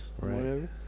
right